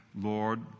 Lord